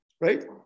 right